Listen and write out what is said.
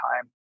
time